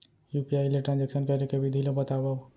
UPI ले transaction करे के विधि ला बतावव?